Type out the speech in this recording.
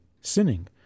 sinning